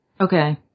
Okay